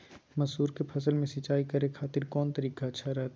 मसूर के फसल में सिंचाई करे खातिर कौन तरीका अच्छा रहतय?